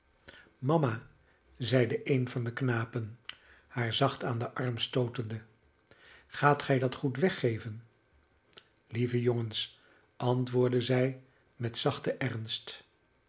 mama zeide een van de knapen haar zacht aan den arm stootende gaat gij dat goed weggeven lieve jongens antwoordde zij met zachten ernst